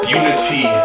unity